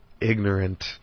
ignorant